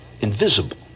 invisible